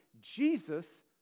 Jesus